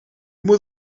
moet